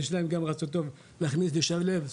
יש להם גם רצון טוב להכניס לשם לב,